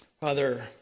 Father